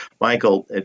Michael